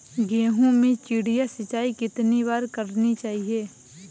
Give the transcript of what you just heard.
गेहूँ में चिड़िया सिंचाई कितनी बार करनी चाहिए?